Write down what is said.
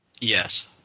Yes